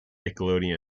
nickelodeon